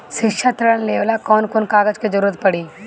शिक्षा ऋण लेवेला कौन कौन कागज के जरुरत पड़ी?